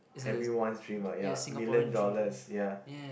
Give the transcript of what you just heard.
everyone's dream uh ya million dollars ya